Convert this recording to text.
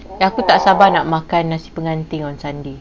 aku tak sabar nak makan nasi pengantin on sunday